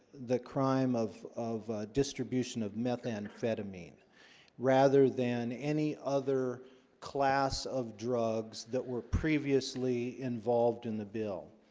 the crime of of distribution of methamphetamine rather than any other class of drugs that were previously involved in the bill